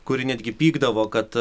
kuri netgi pykdavo kad